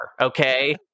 Okay